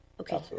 okay